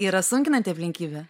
yra sunkinanti aplinkybė